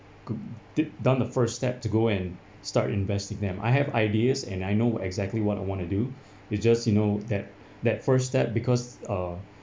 go did done the first step to go and start investing them I have ideas and I know what exactly what I want to do it just you know that that first step because uh